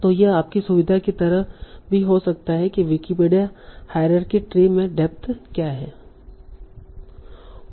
तो यह आपकी सुविधा की तरह भी हो सकता है कि विकिपीडिया हायरार्की ट्री में डेप्थ क्या है